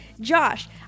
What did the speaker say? Josh